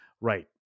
Right